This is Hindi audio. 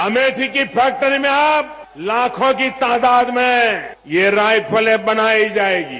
अमेठी की फैक्ट्री में अब लाखों की तदाद में ये राइफले बनाई जायंगी